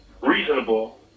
reasonable